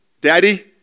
Daddy